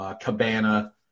Cabana